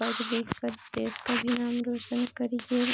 पढ़ लिखकर देश का भी नाम रोशन करिए